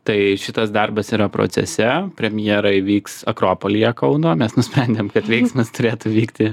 tai šitas darbas yra procese premjera įvyks akropolyje kauno mes nusprendėm kad veiksmas turėtų vykti